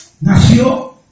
nació